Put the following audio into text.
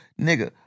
Nigga